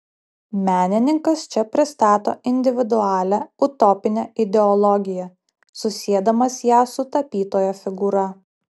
menininkas čia pristato individualią utopinę ideologiją susiedamas ją su tapytojo figūra